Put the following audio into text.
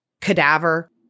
cadaver